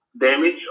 damage